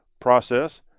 process